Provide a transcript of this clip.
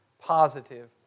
positive